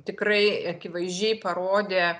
tikrai akivaizdžiai parodė